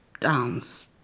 dance